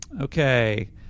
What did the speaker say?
Okay